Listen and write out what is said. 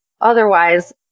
otherwise